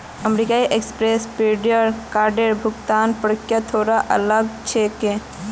American Express prepaid कार्डेर भुगतान प्रक्रिया थोरा अलग छेक